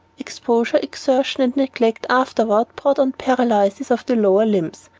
exposure, exertion, and neglect afterward brought on paralysis of the lower limbs,